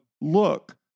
look